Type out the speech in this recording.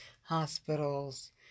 hospitals